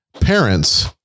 parents